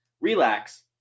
relax